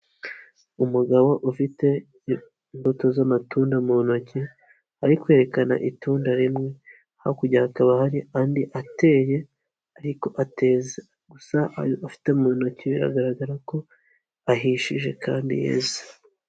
Umugabo ufite imbuto z'amatunda mu ntoki ari kwerekana itunda rimwe, hakurya hakaba hari andi ateye ariko ateze, gusa ayo afite mu ntoki biragaragara ko ahishije kandi yeze.